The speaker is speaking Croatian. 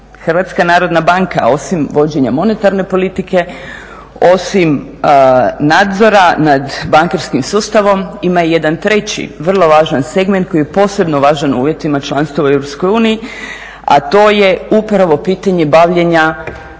javnoga ugleda HNB-a. HNB osim vođenja monetarne politike, osim nadzora nad bankarskim sustavom, ima i jedan treći, vrlo važan segment koji je posebno važan u uvjetima članstva u EU, a to je upravo pitanje bavljenja